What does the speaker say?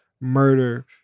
murder